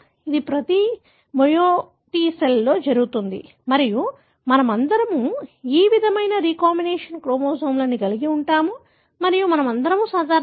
ఇది ప్రతి మెయోటిసెల్లో జరుగుతుంది మరియు మనమందరం ఈ విధమైన రీకాంబినెంట్ క్రోమోజోమ్లను కలిగి ఉంటాము మరియు మనమందరం సాధారణమే